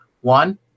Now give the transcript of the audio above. One